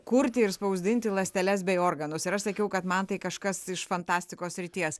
kurti ir spausdinti ląsteles bei organus ir aš sakiau kad man tai kažkas iš fantastikos srities